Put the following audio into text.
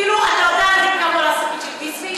כאילו אתה יודע כמה עולה שקית "ביסלי".